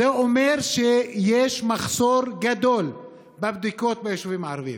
זה אומר שיש מחסור גדול בבדיקות ביישובים הערביים,